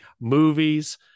movies